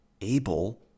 able